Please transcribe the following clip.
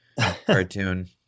cartoon